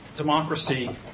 democracy